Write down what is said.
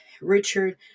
richard